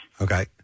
Okay